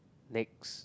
next